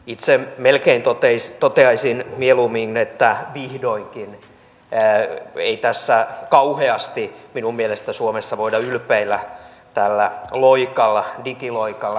itse melkein toteaisin mieluummin että vihdoinkin minun mielestäni tässä ei kauheasti voida suomessa ylpeillä tällä digiloikalla